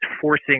forcing